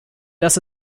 das